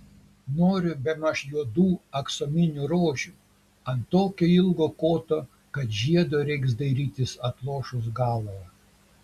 noriu bemaž juodų aksominių rožių ant tokio ilgo koto kad žiedo reiks dairytis atlošus galvą